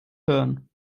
hirn